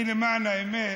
אני, למען האמת,